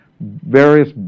various